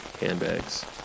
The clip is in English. handbags